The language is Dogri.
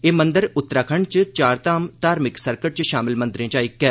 ए मंदर उत्तराखंड च चार धाम धार्मिक सर्कट च षामल मंदरें चा इक्क ऐ